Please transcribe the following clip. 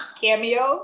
cameos